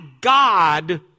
God